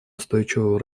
устойчивого